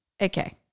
okay